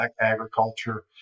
agriculture